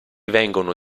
vengono